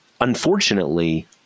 unfortunately